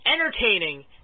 entertaining